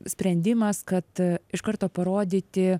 sprendimas kad iš karto parodyti